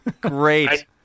great